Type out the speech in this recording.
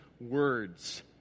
words